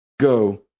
go